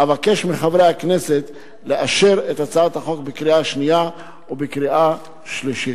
אבקש מחברי הכנסת לאשר את הצעת החוק בקריאה שנייה ובקריאה שלישית.